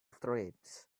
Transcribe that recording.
threads